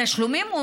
בתשלומים?